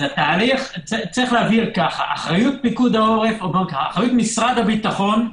יש להבהיר - אחריות משרד הביטחון,